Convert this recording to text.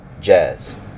Jazz